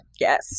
yes